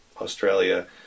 Australia